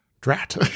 Drat